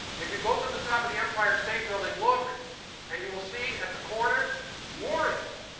if you go to the top of the empire state building, look and you will see at the corners moorings.